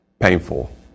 Painful